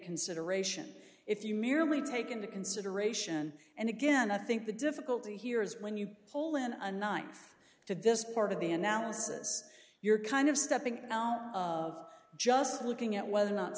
consideration if you merely take into consideration and again i think the difficulty here is when you pull in a knife to this part of the analysis you're kind of stepping now of just looking at whether or not